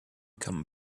come